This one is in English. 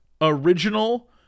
original